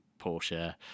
Porsche